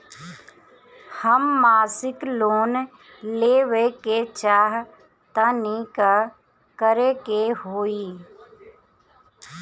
हम मासिक लोन लेवे के चाह तानि का करे के होई?